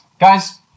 Guys